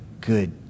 good